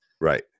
Right